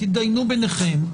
תידיינו ביניכם.